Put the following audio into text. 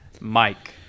Mike